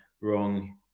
wrong